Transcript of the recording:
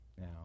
Now